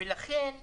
לכן,